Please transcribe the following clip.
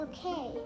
Okay